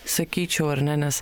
sakyčiau ar ne nes